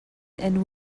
and